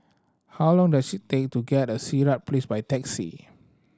how long does it take to get at Sirat Place by taxi